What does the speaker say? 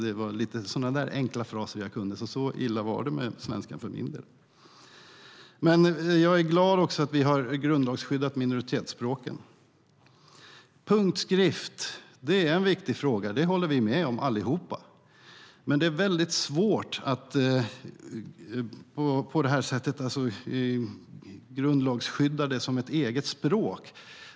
Det var sådana enkla fraser jag kunde. Så illa var det med svenskan för min del. Jag är också glad att vi har grundlagsskyddat minoritetsspråken. Punktskrift är en viktig fråga. Det håller vi med om allihop. Men det är väldigt svårt att grundlagsskydda det som ett eget språk.